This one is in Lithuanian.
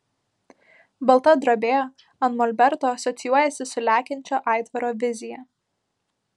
balta drobė ant molberto asocijuojasi su lekiančio aitvaro vizija